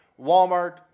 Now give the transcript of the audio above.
Walmart